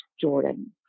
Jordan